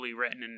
written